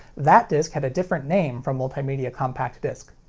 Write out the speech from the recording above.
that disc had a different name from multimedia compact disc.